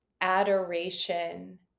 adoration